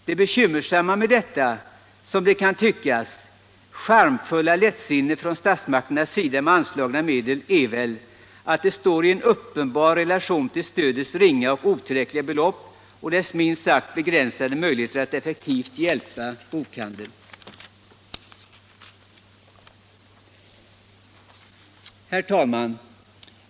Det bekymmersamma med detta — som det kan tyckas — charmfulla lättsinne från statsmakternas sida med anslagna medel är väl, att det står i uppenbar relation till stödets ringa och otillräckliga belopp och dess minst sagt begränsade möjlighet att effektivt hjälpa bokhandeln.” Herr talman!